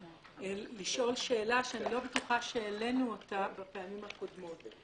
אני רוצה לשאול שאלה שאיני בטוחה שהעלינו אותה בפעמים הקודמות.